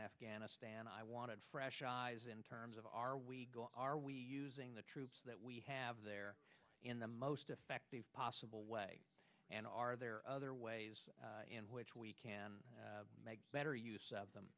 afghanistan i wanted fresh eyes in terms of are we are we using the troops that we have there in the most effective possible way and are there other ways in which we can make better use of them